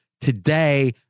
today